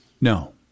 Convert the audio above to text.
No